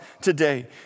today